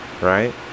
Right